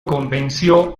convenció